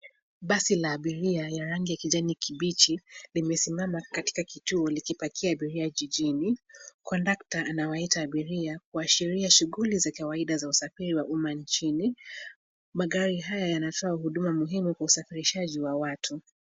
Basi la abiria la rangi ya kijani kibichi , limesimama katika kituo likipakia abiria jijini. Kondakta anawaita abiria ,kuashiria shughuli za kawaida za usafiri wa umma nchini ,magari haya yanatoa huduma muhimu kwa usafirishaji wa watu.